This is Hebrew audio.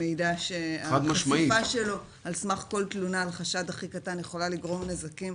מידע שהחשיפה שלו על סמך כל תלונה על חשד הכי קטן יכולה לגרום נזקים